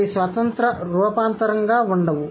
అవి స్వతంత్ర రూపాంతరంగా ఉండవు